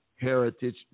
Heritage